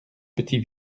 petit